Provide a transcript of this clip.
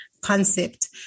concept